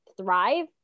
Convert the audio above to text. thrive